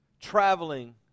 traveling